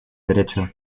derecho